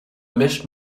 mèche